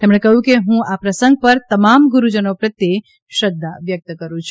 તેમણે કહ્યું કે હું આ પ્રસંગ પર તમામ ગુરૂજનો પ્રત્યે શ્રદ્ધા વ્યક્ત કરૂં છું